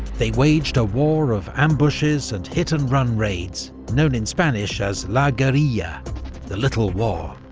they waged a war of ambushes and hit-and-run raids, known in spanish as la guerrilla yeah the little war.